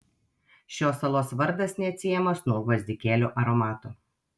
šios salos vardas neatsiejamas nuo gvazdikėlių aromato